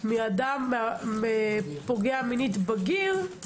מפוגע מינית בגיר,